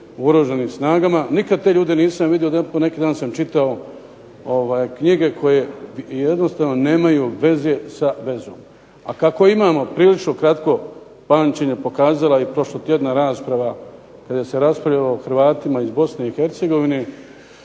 Oružanim snagama. Nikad te ljude nisam vidio. Neki dan sam čitao knjige koje jednostavno nemaju veze sa vezom. A kako imamo prilično kratko pamćenje pokazala je i prošlotjedna rasprava kada se raspravljalo o Hrvatima iz BiH, gdje